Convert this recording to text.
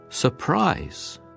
Surprise